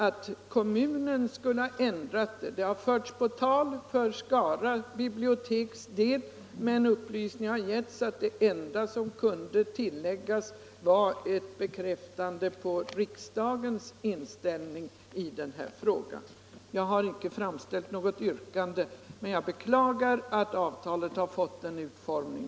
Att kommunen skulle ha ändrat avtalet har förts på tal för Skara biblioteks del, men den upplysning som har getts är att det enda som kunde tilläggas var ett bekräftande på riksdagens inställning i frågan. Jag har icke framställt något yrkande, men jag beklagar att avtalet fått denna utformning.